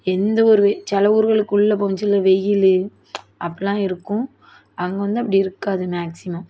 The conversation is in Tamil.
எந்தவொரு சில ஊர்களுக்கு உள்ளே போகசொல்ல வெயில் அப்புடிலாம் இருக்கும் அங்கே வந்து அப்படி இருக்காது மேக்ஸிமம்